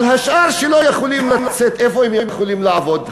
אבל השאר, שלא יכולים לצאת, איפה הם יכולים לעבוד?